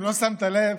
אם לא שמת לב,